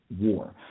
War